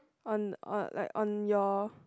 on on like on your